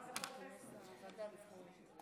(הישיבה נפסקה בשעה 00:23 ונתחדשה בשעה 01:15.)